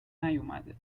نیومده